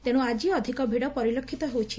ତେଣ୍ ଆଜି ଅଧିକ ଭିଡ ପରିଲକ୍ଷିତ ହୋଇଛି